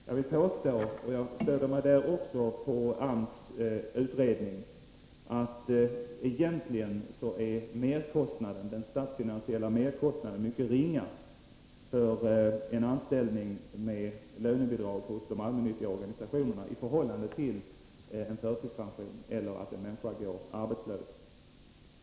Jag vill påstå, och jag stöder mig också där på AMS utredning, att den statsfinansiella merkostnaden egentligen är mycket ringa för en anställning med lönebidrag hos de allmännyttiga organisationerna, i förhållande till en förtidspension eller till att en människa går arbetslös.